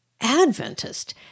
Adventist